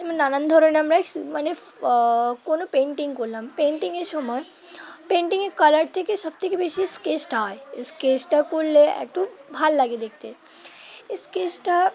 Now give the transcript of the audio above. যেমন নানান ধরনের আমরা মানে কোনো পেন্টিং করলাম পেন্টিংয়ের সময় পেন্টিংয়ের কালার থেকে সব থেকে বেশি স্কেচটা হয় স্কেচটা করলে একটু ভাল লাগে দেখতে স্কেচটা